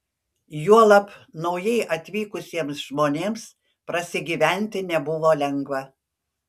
juolab naujai atvykusiems žmonėms prasigyventi nebuvo lengva